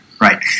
right